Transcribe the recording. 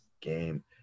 game